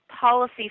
policy